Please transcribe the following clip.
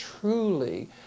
truly